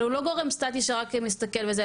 אבל הוא לא גורם סטטי שרק מסתכל וזה,